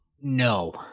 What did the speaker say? no